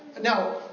Now